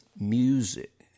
music